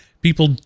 people